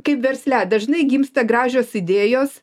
kaip versle dažnai gimsta gražios idėjos